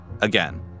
again